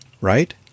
right